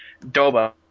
Doba